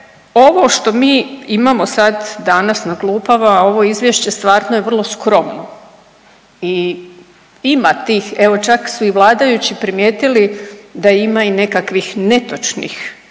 ovo što mi imao sad danas na klupama ovo izvješće stvarno je vrlo skromno i ima tih, evo čak su i vladajući primijetili da ima i nekakvih netočnih